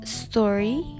story